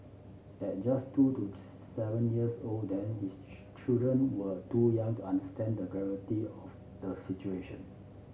at just two to seven years old then his children were too young to understand the gravity of the situation